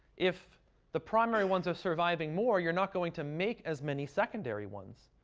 if the primary ones are surviving more, you're not going to make as many secondary ones.